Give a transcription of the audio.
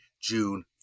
June